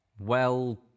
Well